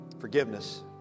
Forgiveness